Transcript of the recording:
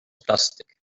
plastik